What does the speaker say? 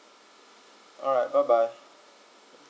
alright bye bye